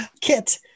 kit